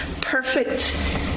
perfect